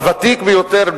הוותיק ביותר,